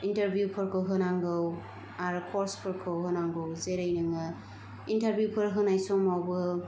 इन्टारभिउफोरखौ होनांगौ आरो कर्सफोरखौ होनांगौ जेरै नोङो इन्टारभिउफोर होनाय समावबो